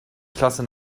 klasse